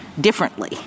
differently